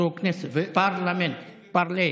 זו כנסת, פרלמנט, parler.